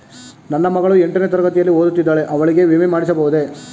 ನನ್ನ ಮಗಳು ಎಂಟನೇ ತರಗತಿಯಲ್ಲಿ ಓದುತ್ತಿದ್ದಾಳೆ ಅವಳಿಗೆ ವಿಮೆ ಮಾಡಿಸಬಹುದೇ?